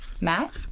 Matt